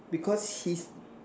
because he's